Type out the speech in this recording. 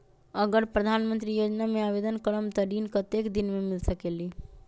अगर प्रधानमंत्री योजना में आवेदन करम त ऋण कतेक दिन मे मिल सकेली?